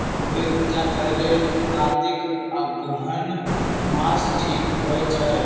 गोभि उपजा करेलेल कातिक अगहन मास ठीक होई छै